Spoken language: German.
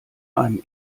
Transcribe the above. einem